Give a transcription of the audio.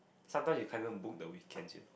sometimes you can't even book the weekends you know